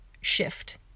shift